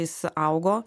jis augo